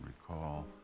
recall